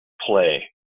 play